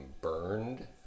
burned